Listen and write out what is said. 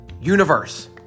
universe